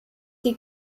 die